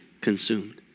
consumed